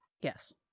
Yes